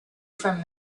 from